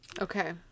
Okay